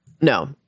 No